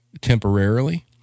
temporarily